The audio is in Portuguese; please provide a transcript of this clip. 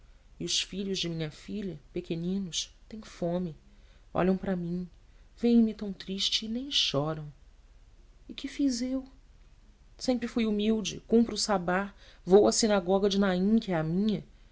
e os filhos de minha filha pequeninos têm fome olham para mim vêemme tão triste e nem choram e que fiz eu sempre fui humilde cumpro o sabá vou à sinagoga de naim que é a minha